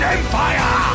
Empire